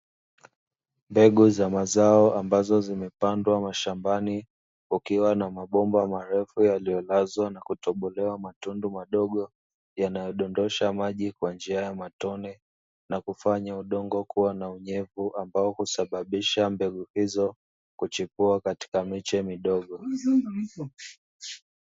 Mbegu za mazao ambazo zimepandwa mashambani kukiwa na mabomba marefu yaliyolazwa na kutobolewa matundu madogo, yanayodondosha maji kwa njia ya matone na kufanya udongo kuwa na unyevu ambao husababisha mbegu hizo kuchipua katika miche midogo.